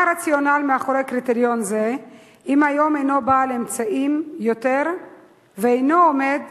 מה הרציונל מאחורי קריטריון זה אם היום הוא אינו בעל אמצעים ואינו עומד